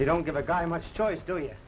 they don't give a guy much choice do